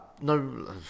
No